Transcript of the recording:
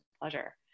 pleasure